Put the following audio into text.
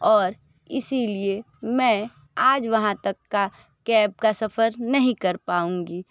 और इसीलिए मैं आज वहाँ तक का कैब का सफर नहीं कर पाऊंगी